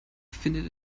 findet